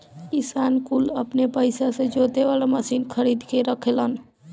किसान कुल अपने पइसा से जोते वाला मशीन खरीद के रखेलन